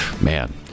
Man